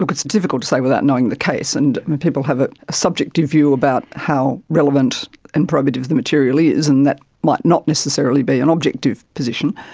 it's difficult to say without knowing the case, and people have a subjective view about how relevant and probative the material is, and that might not necessarily be an objective position.